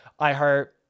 iHeart